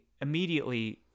immediately